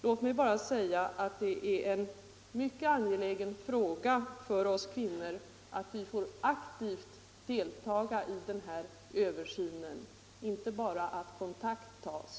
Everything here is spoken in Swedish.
Låt mig endast säga att det är mycket angeläget för oss kvinnor att vi får aktivt delta i den här översynen — och att inte bara kontakt tas.